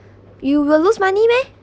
you will lose money meh